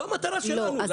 זו המטרה שלנו.